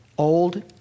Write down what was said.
Old